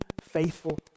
faithful